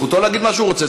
זכותו להגיד מה שהוא רוצה,